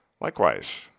Likewise